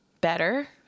better